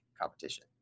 competition